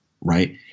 right